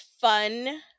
fun